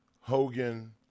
Hogan